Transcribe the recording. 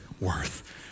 worth